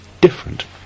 different